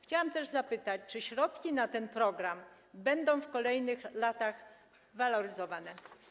Chciałabym też zapytać, czy środki na ten program będą w kolejnych latach waloryzowane.